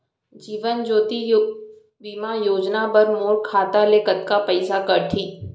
जीवन ज्योति बीमा योजना बर मोर खाता ले कतका पइसा कटही?